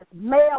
male